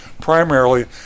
primarily